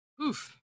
Oof